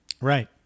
Right